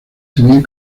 tenían